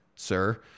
Sir